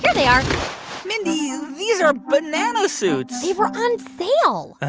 yeah they are mindy, these are banana suits they were on sale